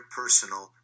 personal